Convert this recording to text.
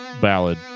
ballad